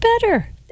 better